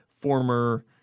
former